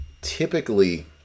typically